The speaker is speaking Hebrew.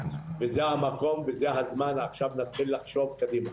זה המקום וזה הזמן עכשיו להתחיל לחשוב קדימה.